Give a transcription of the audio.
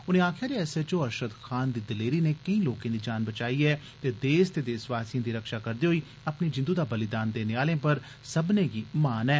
उनें आक्खेआ जे एसएचओ अरशद खान दी दलेरी नै केई लोकें दी जान बचाई ऐ ते देस ते देसवासिएं दी रक्षा करदे होई अपनी जिंदू दा बलिदान देने आलें पर सब्बने गी मान ऐ